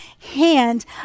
hand